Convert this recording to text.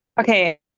Okay